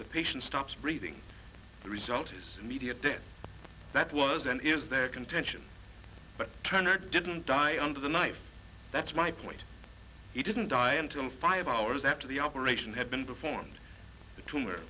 the patient stops breathing the result is the media did that was then is their contention but turner didn't die under the knife that's my point he didn't die until five hours after the operation had been performed the tumo